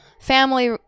family